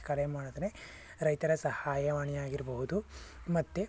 ಕರೆ ಮಾಡಿದರೆ ರೈತರ ಸಹಾಯವಾಣಿ ಆಗಿರಬಹುದು ಮತ್ತೆ